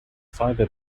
fiber